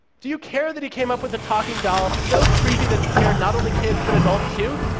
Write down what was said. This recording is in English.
do you care that he came up with a talking doll so creepy that it scared not only kids but adults, too?